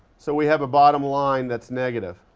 so we have a bottom line that's negative